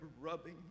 rubbing